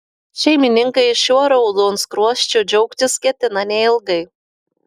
šeimininkai šiuo raudonskruosčiu džiaugtis ketina neilgai